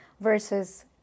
versus